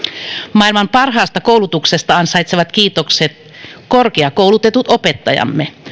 maailman parhaasta koulutuksesta ansaitsevat kiitokset korkeakoulutetut opettajamme